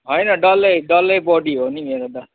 होइन डल्लै डल्लै बडी हो नि मेरो त